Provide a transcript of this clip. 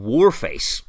Warface